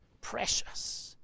Precious